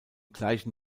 gleichen